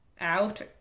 out